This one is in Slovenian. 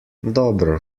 dobro